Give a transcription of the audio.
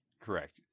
correct